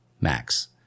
max